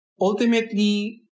ultimately